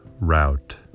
route